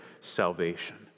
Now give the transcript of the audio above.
salvation